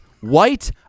white